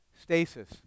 Stasis